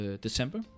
december